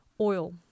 Oil